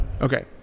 Okay